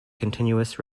continuous